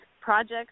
projects